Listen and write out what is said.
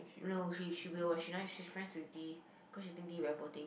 no she she will ah she nice she's friends with D cause she think D very poor thing